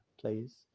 please